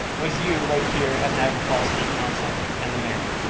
was you right here at niagara falls city council, and the mayor.